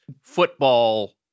football